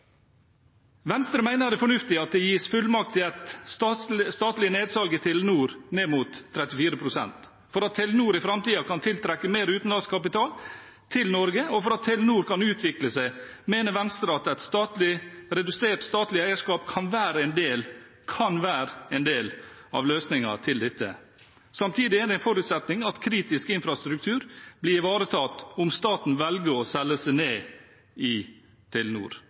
Venstre mener det er fornuftig at det gis fullmakt til et statlig nedsalg i Telenor ned mot 34 pst. For at Telenor i framtiden skal kunne tiltrekke mer utenlandsk kapital til Norge, og for at Telenor skal kunne utvikle seg, mener Venstre at et redusert statlig eierskap kan være en del av løsningen. Samtidig er det en forutsetning at kritisk infrastruktur blir ivaretatt om staten velger å selge seg ned i